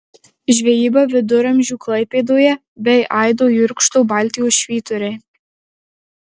žvejyba viduramžių klaipėdoje bei aido jurkšto baltijos švyturiai